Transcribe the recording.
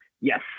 Yes